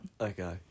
okay